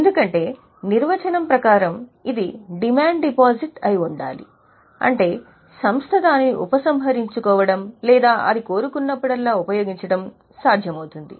ఎందుకంటే నిర్వచనం ప్రకారం ఇది డిమాండ్ డిపాజిట్ అయి ఉండాలి అంటే సంస్థ దానిని ఉపసంహరించుకోవడం లేదా అది కోరుకున్నప్పుడల్లా ఉపయోగించడం సాధ్యమవుతుంది